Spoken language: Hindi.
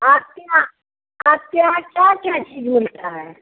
आपके यहाँ आपके यहाँ क्या क्या चीज़ मिलता है